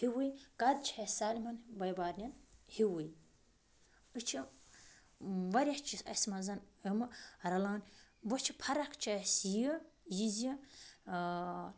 ہیُوٕے قد چھِ اَسہِ سارنی بٔے بارنٮ۪ن ہیُوٕے أسۍ چھِ واریاہ چیٖز اَسہِ منٛز یِمہٕ رَلان وۄنۍ چھِ فرق چھِ اَسہِ یہِ یہِ زِ